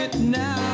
Now